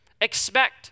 expect